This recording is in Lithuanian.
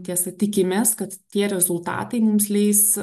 tiesa tikimės kad tie rezultatai mums leis